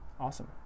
Awesome